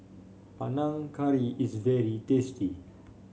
Panang Curry is very tasty